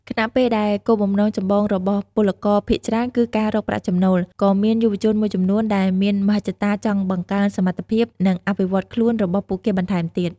ខណៈពេលដែលគោលបំណងចម្បងរបស់ពលករភាគច្រើនគឺការរកប្រាក់ចំណូល ក៏មានយុវជនមួយចំនួនដែលមានមហិច្ឆតាចង់បង្កើនសមត្ថភាព និងអភិវឌ្ឍខ្លួនរបស់ពួកគេបន្ថែមទៀត។